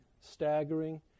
staggering